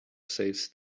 saves